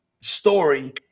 story